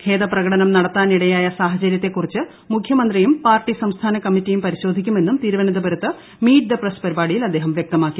ഖേദ പ്രകടനം നടത്താനിടയായ സാഹചര്യത്തെക്കുറിച്ച് മുഖ്യമന്ത്രിയും പാർട്ടി സംസ്ഥാന കമ്മിറ്റിയും പരിശോധിക്കുമെന്നും തിരുവനന്തപുരത്ത് മീറ്റ് ദി പ്രസ് പരിപാടിയിൽ അദ്ദേഹം വ്യക്തമാക്കി